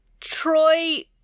Troy